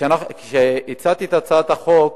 כשהצעתי את הצעת החוק